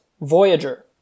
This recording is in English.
Voyager